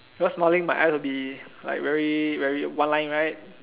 because smiling my eyes will be like very very one line right